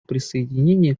присоединения